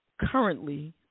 currently